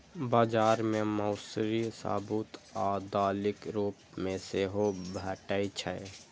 बाजार मे मौसरी साबूत आ दालिक रूप मे सेहो भैटे छै